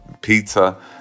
pizza